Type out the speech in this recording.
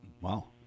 Wow